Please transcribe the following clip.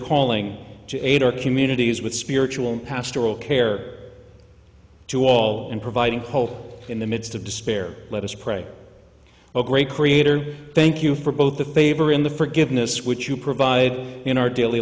calling to aid our communities with spiritual pastoral care to all and providing hope in the midst of despair let us pray a great creator thank you for both the favor in the forgiveness which you provide in our daily